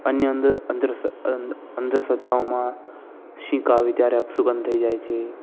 અન્ય અંધશ્રદ્ધાઓમાં શિક આવે ત્યારે અપશુકન થઈ જાય છે